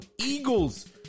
Eagles